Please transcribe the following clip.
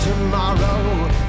tomorrow